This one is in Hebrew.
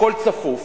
הכול צפוף.